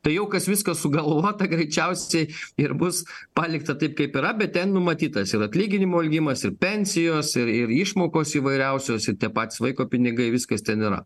tai jau kas viskas sugalvota greičiausiai ir bus palikta taip kaip yra bet ten numatytas ir atlyginimų augimas ir pensijos ir ir išmokos įvairiausios ir tie patys vaiko pinigai viskas ten yra